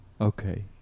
Okay